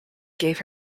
gave